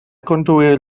conduir